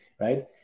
right